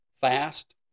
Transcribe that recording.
fast